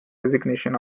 resignation